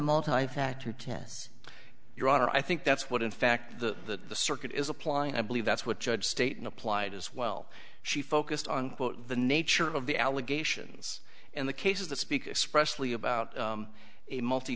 tests your honor i think that's what in fact the circuit is applying i believe that's what judge state and applied as well she focused on the nature of the allegations and the cases that speak especially about a multi